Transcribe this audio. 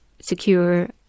secure